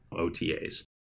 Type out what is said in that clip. OTAs